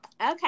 Okay